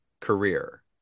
career